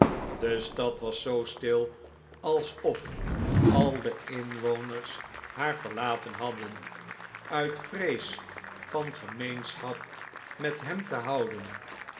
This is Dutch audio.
de stad was zoo stil alsof al de inwoners haar verlaten hadden uit vrees van gemeenschap met hem te houden